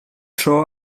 tro